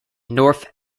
north